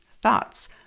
Thoughts